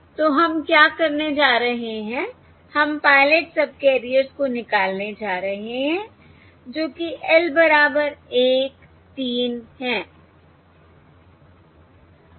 तो हम क्या करने जा रहे हैं हम पायलट सबकैरियर्स को निकालने जा रहे हैं जो कि L बराबर 1 3 है